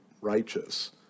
righteous